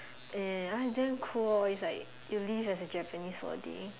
and I damn cool its like you live as a Japanese for a day